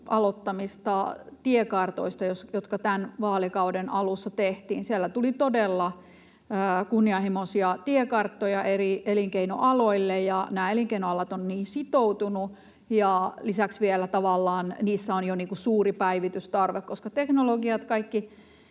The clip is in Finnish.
aloittamista tiekartoista, jotka tämän vaalikauden alussa tehtiin. Siellä tuli todella kunnianhimoisia tiekarttoja eri elinkeinoaloille, ja nämä elinkeinoalat ovat niihin sitoutuneet, ja lisäksi vielä tavallaan niissä on jo suuri päivitystarve, koska